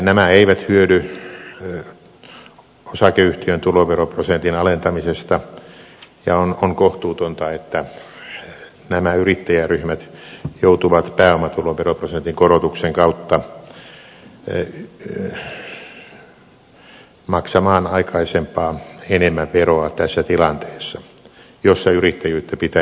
nämä eivät hyödy osakeyhtiön tuloveroprosentin alentamisesta ja on kohtuutonta että nämä yrittäjäryhmät joutuvat pääomatuloveroprosentin korotuksen kautta maksamaan aikaisempaa enemmän veroa tässä tilanteessa jossa yrittäjyyttä pitäisi edistää